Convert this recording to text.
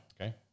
okay